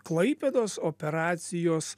klaipėdos operacijos